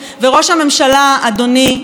אדוני יושב-ראש הקואליציה,